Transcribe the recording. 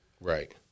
Right